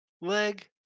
leg